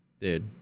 Dude